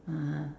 (uh huh)